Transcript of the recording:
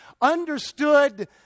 understood